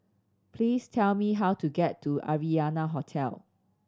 please tell me how to get to Arianna Hotel